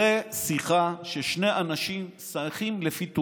זו שיחה ששני אנשים שחים לפי תומם.